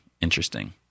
interesting